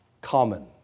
common